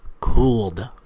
cooled